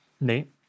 Nate